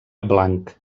blanc